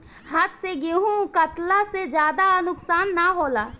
हाथ से गेंहू कटला से ज्यादा नुकसान ना होला